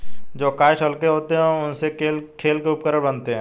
जो काष्ठ हल्के होते हैं, उनसे खेल के उपकरण बनते हैं